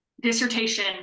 dissertation